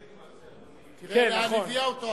הכנסת התחילה לתפקד מאז שאדוני הגיע.